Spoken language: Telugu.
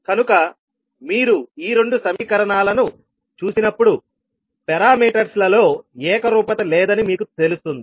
కనుక మీరు ఈ రెండు సమీకరణాలను చూసినప్పుడు పారామీటర్స్ లలో ఏకరూపత లేదని మీకు తెలుస్తుంది